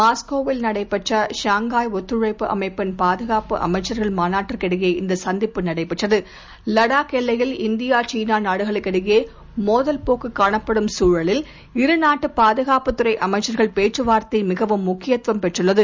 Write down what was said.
மாஸ்கோவில்நடைபெற்ற ஷாங்காய்ஒத்துழைப்புஅமைப்பின்பாதுகாப்புஅமைச்சர்கள்மாநாட்டுக்குஇடையே இந்தசந்திப்புநடைபெற்றது லடாக்எல்லையில்இந்தியா சீனாநாடுகளுக்குஇடையேமோதல்போக்குகாணப்படும்சூழலில் இருநாட்டுபாதுகாப்புதுறைஅமைச்சர்கள்பேச்சுவார்த்தைமிகவும்முக்கியத்துவம்பெ ற்றுள்ளது